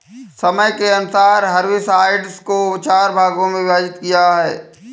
समय के अनुसार हर्बिसाइड्स को चार भागों मे विभाजित किया है